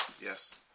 Yes